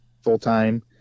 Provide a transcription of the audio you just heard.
full-time